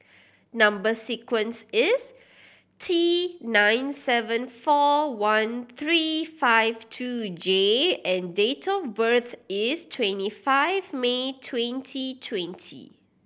number sequence is T nine seven four one three five two J and date of birth is twenty five May twenty twenty